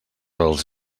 els